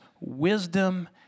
wisdom